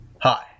Hi